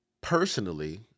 Personally